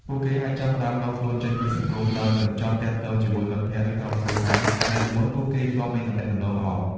ពួកគេអាចចាប់ផ្តើម ដកខ្លួនចេញពីសង្គម ដោយមិនចង់ទាក់ទងជាមួយមិត្តភក្តិ ឬក្រុមគ្រួសារ ដែលពីមុនពួកគេធ្លាប់មានទំនាក់ទំនងល្អ។